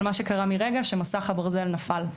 על מה שקרה מרגע שמסך הברזל נפל.